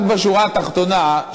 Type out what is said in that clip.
רק בשורה התחתונה,